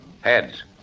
Heads